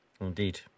Indeed